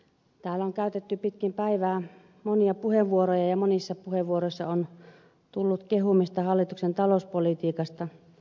täällä on käytetty pitkin päivää monia puheenvuoroja ja monissa puheenvuoroissa on tullut kehumista hallituksen talouspolitiikasta